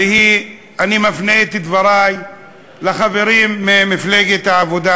אני מפנה את דברי לחברים ממפלגת העבודה,